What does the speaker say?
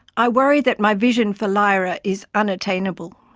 i worry that my vision for lyra is unattainable.